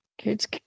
Kids